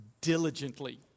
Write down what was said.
diligently